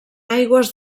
aigües